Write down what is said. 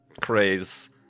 craze